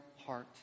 heart